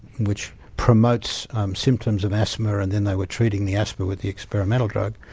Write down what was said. which promotes symptoms of asthma and then they were treating the asthma with the experimental drug.